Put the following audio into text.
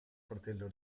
fratello